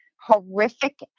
horrific